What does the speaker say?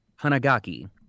Hanagaki